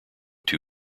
two